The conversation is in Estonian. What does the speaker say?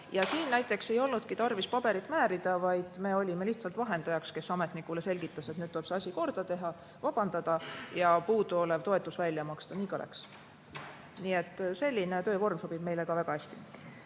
Siin näiteks ei olnudki meil tarvis paberit määrida, olime lihtsalt vahendajaks, kes ametnikule selgitas, et nüüd tuleb see asi korda teha, vabandada ja puuduolev toetus välja maksta. Nii ka läks. Nii et selline töövorm sobib meile ka väga hästi.